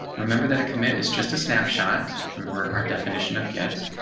remember that a committed is just a snapshot. remember our definition of kits.